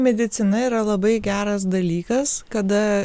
medicina yra labai geras dalykas kada